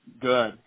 Good